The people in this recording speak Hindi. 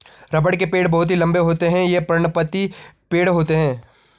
रबड़ के पेड़ बहुत ही लंबे होते हैं ये पर्णपाती पेड़ होते है